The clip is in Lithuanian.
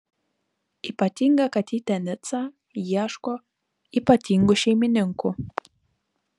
ypatinga katytė nica ieško ypatingų šeimininkų